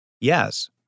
Yes